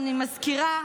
אני מזכירה,